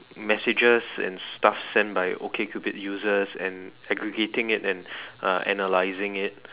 messages and stuff sent by okay cupid user and aggregating it uh and analyzing it